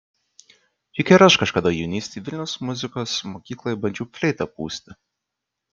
juk ir aš kažkada jaunystėje vilniaus muzikos mokykloje bandžiau fleitą pūsti